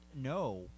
No